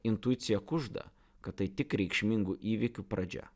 intuicija kužda kad tai tik reikšmingų įvykių pradžia